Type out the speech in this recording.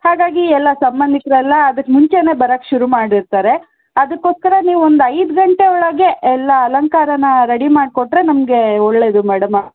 ಹಾಗಾಗಿ ಎಲ್ಲ ಸಂಬಂಧಿಕರೆಲ್ಲ ಅದಕ್ಕೆ ಮುಂಚೆಯೇ ಬರಕ್ಕೆ ಶುರು ಮಾಡಿರ್ತಾರೆ ಅದಕ್ಕೋಸ್ಕರ ನೀವು ಒಂದು ಐದು ಗಂಟೆ ಒಳಗೆ ಎಲ್ಲ ಅಲಂಕಾರನ ರೆಡಿ ಮಾಡಿಕೊಟ್ಟರೆ ನಮಗೆ ಒಳ್ಳೆಯದು ಮೇಡಮ